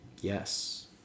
Yes